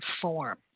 form